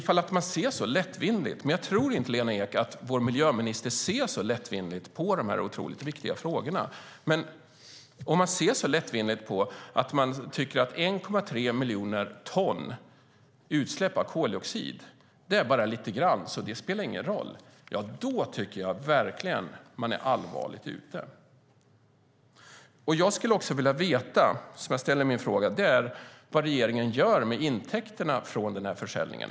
Jag tror inte att vår miljöminister ser lättvindigt på dessa otroligt viktiga frågor, men om man nu anser att utsläpp av 1,3 miljoner ton koldioxid är så lite att det inte spelar någon roll tycker jag att det är allvarligt. Jag skulle också vilja veta vad regeringen gör med intäkterna från försäljningen.